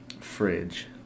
fridge